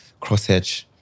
crosshatch